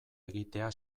egitea